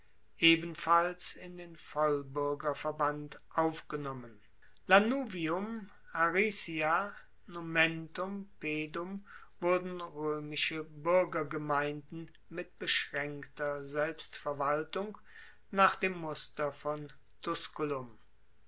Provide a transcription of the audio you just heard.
ebenfalls in den vollbuergerverband aufgenommen lanuvium aricia nomentum pedum wurden roemische buergergemeinden mit beschraenkter selbstverwaltung nach dem muster von